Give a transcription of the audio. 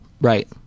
right